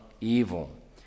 evil